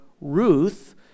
Ruth